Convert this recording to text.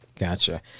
Gotcha